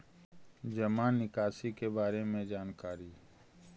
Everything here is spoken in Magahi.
जामा निकासी के बारे में जानकारी?